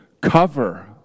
cover